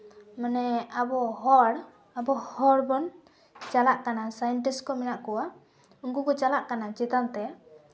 ᱢᱟᱱᱮ ᱟᱵᱚ ᱦᱚᱲ ᱟᱵᱚ ᱦᱚᱲ ᱵᱚᱱ ᱪᱟᱞᱟᱜ ᱠᱟᱱᱟ ᱥᱟᱭᱮᱱᱴᱤᱥᱴ ᱠᱚ ᱢᱱᱟᱜ ᱠᱚᱣᱟ ᱩᱱᱠᱩ ᱠᱚ ᱪᱟᱞᱟᱜ ᱠᱟᱱᱟ ᱪᱮᱛᱟᱱ ᱛᱮ